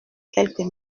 quelque